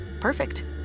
Perfect